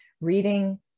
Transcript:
reading